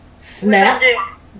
Snap